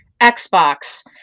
Xbox